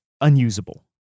unusable